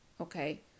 okay